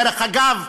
דרך אגב,